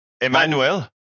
Emmanuel